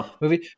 movie